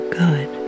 good